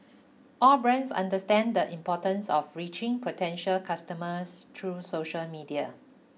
all brands understand the importance of reaching potential customers through social media